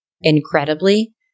Incredibly